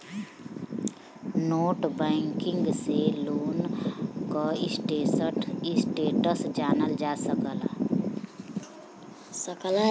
net banking से loan क status जानल जा सकला